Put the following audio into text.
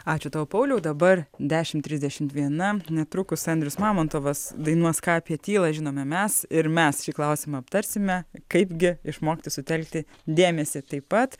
ačiū tau pauliau dabar dešim trisdešimt viena netrukus andrius mamontovas dainuos ką apie tylą žinome mes ir mes šį klausimą aptarsime kaipgi išmokti sutelkti dėmesį taip pat